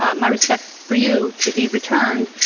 ah my respect for you to be returned,